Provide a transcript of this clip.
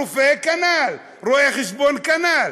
רופא, כנ"ל, רואה חשבון, כנ"ל.